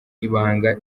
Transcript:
ibanga